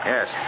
Yes